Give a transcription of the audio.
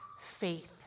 faith